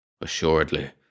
Assuredly